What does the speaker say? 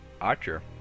archer